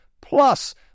plus